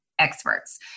Experts